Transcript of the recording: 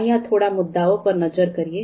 અહિયાં થોડા મુદ્દાઓ પર નઝર કરીએ